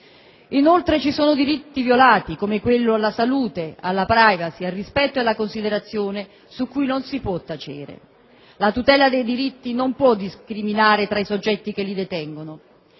Inoltre, ci sono diritti violati, come quello alla salute, alla *privacy*, al rispetto e alla considerazione, su cui non si può tacere. La tutela dei diritti non può discriminare tra i soggetti che li detengono.